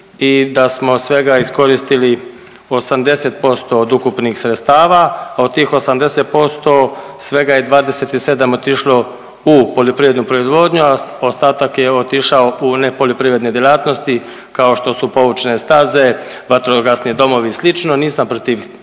i da smo svega iskoristili 80% od ukupnih sredstava, a od tih 80% svega je 27 otišlo poljoprivrednu proizvodnju, a ostatak je evo otišao u nepoljoprivredne djelatnosti kao što su povučne staze, vatrogasni domovi i slično. Nisam protiv,